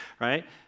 right